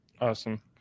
Awesome